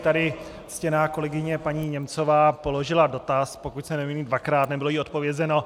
Tady ctěná kolegyně paní Němcová položila dotaz, pokud se nemýlím dvakrát, nebylo jí odpovězeno.